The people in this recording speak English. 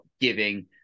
giving